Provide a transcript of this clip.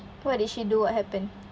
what did she do what happened